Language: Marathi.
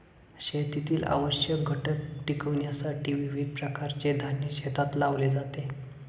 शेतीतील आवश्यक घटक टिकविण्यासाठी विविध प्रकारचे धान्य शेतात लावले जाते